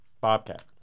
Bobcat